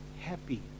happy